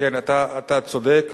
אתה צודק.